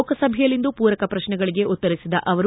ಲೋಕಸಭೆಯಲ್ಲಿಂದು ಪೂರಕ ಪ್ರಶ್ನೆಗಳಿಗೆ ಉತ್ತರಿಸಿದ ಅವರು